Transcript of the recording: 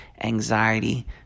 anxiety